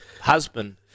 husband